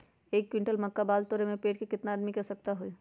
एक क्विंटल मक्का बाल तोरे में पेड़ से केतना आदमी के आवश्कता होई?